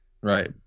Right